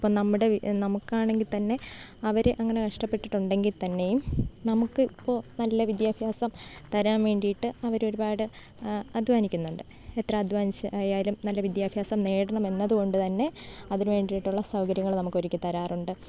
ഇപ്പം നമ്മുടെ ഈ നമുക്ക് ആണെങ്കിൽ തന്നെ അവർ അങ്ങനെ കഷ്ടപ്പെട്ടിട്ടുണ്ടെങ്കിൽ തന്നെയും നമുക്ക് ഇപ്പോൾ നല്ല വിദ്യാഭ്യാസം തരാൻ വേണ്ടിയിട്ട് അവർ ഒരുപാട് അധ്വാനിക്കുന്നുണ്ട് എത്ര അധ്വാനിച്ചു ആയാലും നല്ല വിദ്യാഭ്യാസം നേടണം എന്നത് കൊണ്ട് തന്നെ അതിന് വേണ്ടിയിട്ടുള്ള സൗകര്യങ്ങൾ നമുക്ക് ഒരുക്കി തരാറുണ്ട്